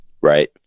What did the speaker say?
right